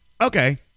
Okay